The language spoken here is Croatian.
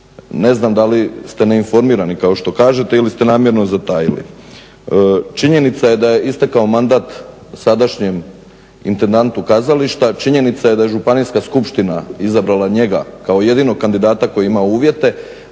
ne znam da li ste neinformirani kao što kažete ili ste namjerno zatajili. Činjenica je da je istekao mandat sadašnjem intendantu kazališta, činjenica je da županijska skupština izabrala njega kao jedinog kandidata koji ima uvjete,